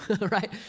right